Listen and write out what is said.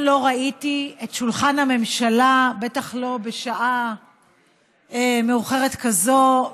ראיתי את שולחן הממשלה, בטח לא בשעה מאוחרת כזאת,